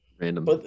Random